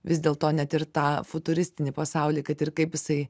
vis dėlto net ir tą futuristinį pasaulį kad ir kaip jisai